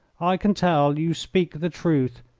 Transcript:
i can tell you speak the truth,